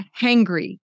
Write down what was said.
hangry